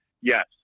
yes